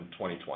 2020